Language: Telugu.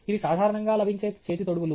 ఇవి సాధారణంగా లభించే చేతి తొడుగులు